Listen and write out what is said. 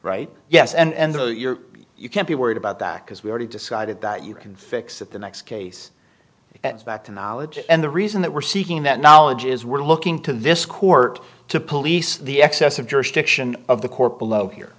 right yes and that you're you can't be worried about that because we already decided that you can fix it the next case it's back to knowledge and the reason that we're seeking that knowledge is we're looking to this court to police the excess of jurisdiction of the court below here